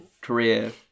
career